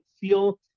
feel